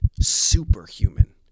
superhuman